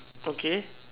okay